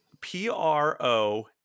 P-R-O